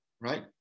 right